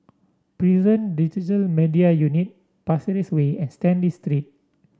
Prison Digital Media Unit Pasir Ris Way and Stanley Street